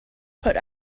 put